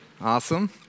Awesome